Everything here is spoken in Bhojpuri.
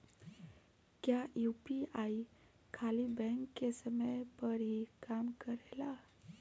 क्या यू.पी.आई खाली बैंक के समय पर ही काम करेला?